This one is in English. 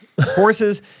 Horses